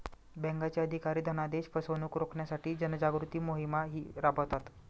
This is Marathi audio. बँकांचे अधिकारी धनादेश फसवणुक रोखण्यासाठी जनजागृती मोहिमाही राबवतात